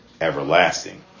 everlasting